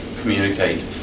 communicate